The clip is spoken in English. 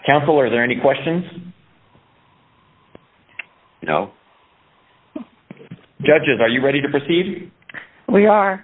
counsel are there any questions you know judges are you ready to proceed we are